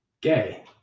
gay